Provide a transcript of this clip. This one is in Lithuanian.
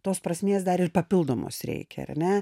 tos prasmės dar ir papildomos reikia ar ne